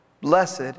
blessed